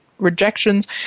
rejections